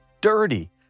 dirty